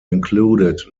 included